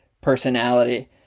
personality